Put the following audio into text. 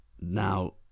Now